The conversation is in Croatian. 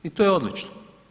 I to je odlično.